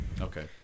Okay